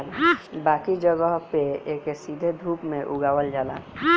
बाकी जगह पे एके सीधे धूप में उगावल जाला